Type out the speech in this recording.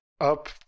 up